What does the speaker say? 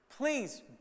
Please